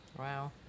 Wow